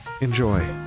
Enjoy